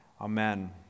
Amen